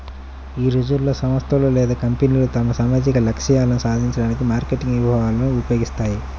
ఈ రోజుల్లో, సంస్థలు లేదా కంపెనీలు తమ సామాజిక లక్ష్యాలను సాధించడానికి మార్కెటింగ్ వ్యూహాలను ఉపయోగిస్తాయి